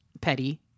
petty